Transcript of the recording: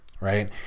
Right